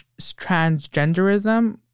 transgenderism